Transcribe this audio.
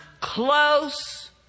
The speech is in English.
close